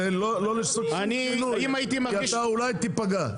לא לעשות שום שינוי כי אתה אולי תיפגע.